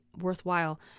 worthwhile